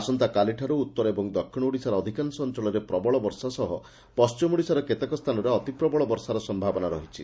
ଆସନ୍ତାକାଲିଠାରୁ ଉତ୍ତର ଓ ଦକ୍ଷିଣ ଓଡ଼ିଶାର ଅଧିକାଂଶ ଅଞ୍ଞଳରେ ପ୍ରବଳ ବର୍ଷା ସହ ପଣ୍କିମ ଓଡ଼ିଶାର କେତେକ ସ୍ତାନରେ ଅତିପ୍ରବଳ ବର୍ଷାର ସମ୍ଭାବନା ରହିଛି